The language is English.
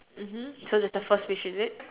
mmhmm so that's the first wish is it